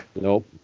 Nope